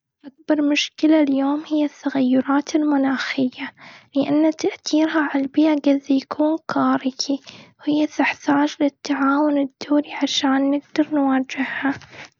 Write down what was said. أكبر مشكلة اليوم هي التغيرات المناخية. لإن تأثيرها على البيئة جايز يكون كارثي. وهي تحتاج للتعاون الدولي عشان نقدر نواجهها.